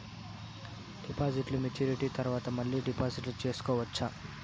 డిపాజిట్లు మెచ్యూరిటీ తర్వాత మళ్ళీ డిపాజిట్లు సేసుకోవచ్చా?